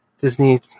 Disney